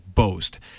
boast